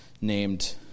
named